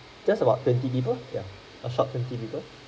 just about twenty people ya a short twenty people